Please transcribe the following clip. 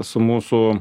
su mūsų